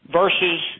versus